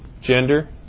gender